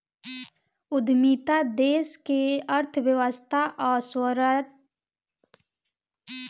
उद्यमिता देश के अर्थव्यवस्था आ स्वरोजगार खातिर एगो निमन विकल्प होखेला